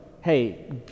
hey